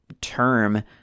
term